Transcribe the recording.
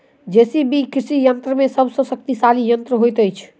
JCB कृषि यंत्र मे सभ सॅ शक्तिशाली यंत्र होइत छै